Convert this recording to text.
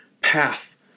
path